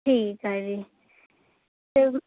ਠੀਕ ਹੈ ਜੀ ਅਤੇ